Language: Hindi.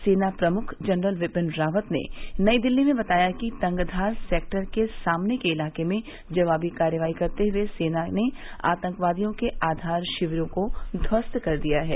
सेना प्रमुख जनरल बिपिन रावत ने नई दिल्ली में बताया कि तंगधार सेक्टर के सामने के इलाके में जवाबी कार्रवाई करते हुए सेना ने आतंकवादियों के आधार शिविरों को ध्वस्त कर दिया है